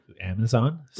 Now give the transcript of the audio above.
Amazon